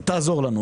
תעזור לי.